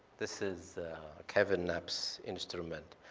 this is kevin knapp's instrument.